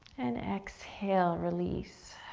and exhale, release.